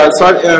sorry